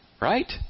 right